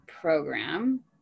program